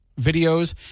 videos